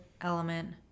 element